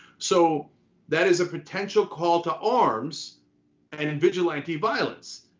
so that is a potential call to arms and vigilante violence,